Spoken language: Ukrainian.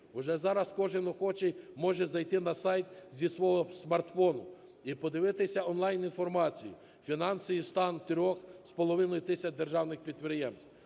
Вже зараз кожен охочий може зайти на сайт зі свого смартфону і подивитися онлайн інформацію, фінансовий стан 3,5 тисяч державних підприємств.